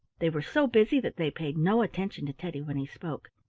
they were so busy that they paid no attention to teddy when he spoke.